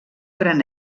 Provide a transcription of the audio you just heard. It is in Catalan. gran